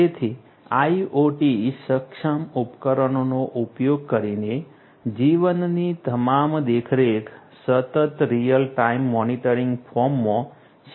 તેથી IoT સક્ષમ ઉપકરણોનો ઉપયોગ કરીને જીવનની તમામ દેખરેખ સતત રીઅલ ટાઇમ મોનિટરિંગ ફોર્મમાં શક્ય છે